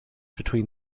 between